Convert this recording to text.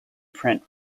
print